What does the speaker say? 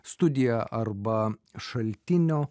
studija arba šaltinio